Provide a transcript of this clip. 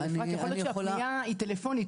אבל אפרת, יכול להיות שהפנייה היא טלפונית.